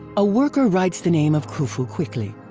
a worker writes the name of khufu quickly.